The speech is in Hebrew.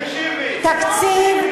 תקשיבי.